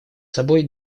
собой